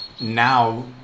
now